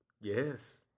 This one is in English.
Yes